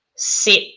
sit